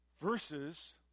verses